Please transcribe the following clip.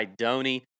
Idoni